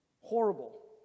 Horrible